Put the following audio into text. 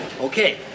Okay